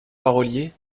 parolier